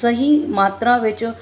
ਸਹੀ ਮਾਤਰਾ ਵਿੱਚ